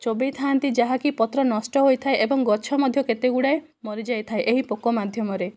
ଚୋବେଇଥାନ୍ତି ଯାହାକି ପତ୍ର ନଷ୍ଟ ହୋଇଥାଏ ଏବଂ ଗଛ ମଧ୍ୟ କେତେ ଗୁଡ଼ାଏ ମରିଯାଇଥାଏ ଏହି ପୋକ ମାଧ୍ୟମରେ